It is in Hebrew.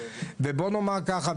ובוא נאמר ככה,